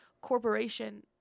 corporation